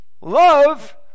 Love